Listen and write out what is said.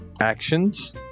actions